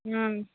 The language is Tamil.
ம்